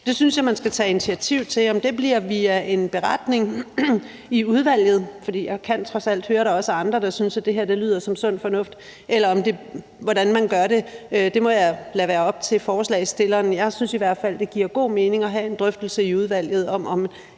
Det synes jeg man skal tage initiativ til. Om det bliver via en beretning i udvalget – for jeg kan trods alt høre, at der også er andre, der synes, at det her lyder som sund fornuft – eller hvordan man gør det, må jeg lade være op til forslagsstillerne. Jeg synes i hvert fald, at det giver god mening at have en drøftelse i udvalget om, om